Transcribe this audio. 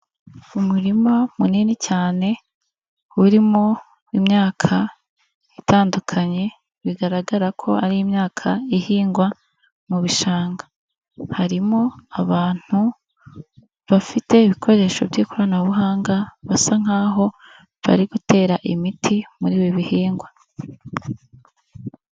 Umurima munini cyane urimo imyaka itandukanye bigaragara ko ari imyaka ihingwa mu bishanga, harimo abantu bafite ibikoresho by'ikoranabuhanga basa nkaho bari gutera imiti muri ibi bihingwa.